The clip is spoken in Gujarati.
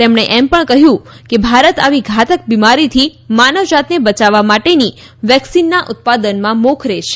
તેમણે એમ પણ કહ્યું કે ભારત આવી ઘાતક બિમારીથી માનવજાતને બચાવવા માટેની વેક્સીનના ઉત્પાદનમાં મોખરે છે